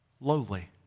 lowly